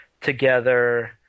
together